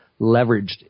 leveraged